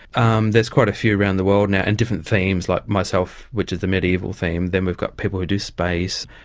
um quite a few around the world now, and different themes, like myself which is the mediaeval theme, then we've got people who do space,